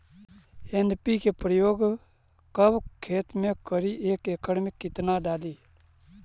NPK प्रयोग कब खेत मे करि एक एकड़ मे कितना डाली?